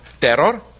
terror